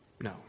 No